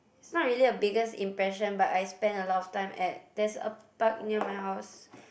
it's not really a biggest impression but I spend a lot of time at there's a park near my house